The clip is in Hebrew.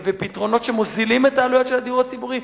ופתרונות שמוזילים את העלויות של הדיור הציבורי.